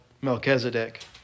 Melchizedek